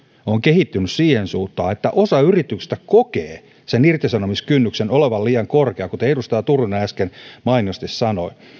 on kehittynyt siihen suuntaan että osa yrityksistä kokee sen irtisanomiskynnyksen olevan liian korkea kuten edustaja turunen äsken mainiosti sanoi